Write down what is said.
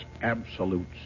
absolute